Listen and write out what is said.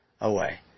away